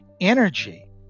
energy